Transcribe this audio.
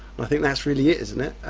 i think that's really it isn't it?